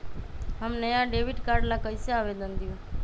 हम नया debit card ला कईसे आवेदन दिउ?